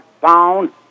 found